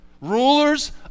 Rulers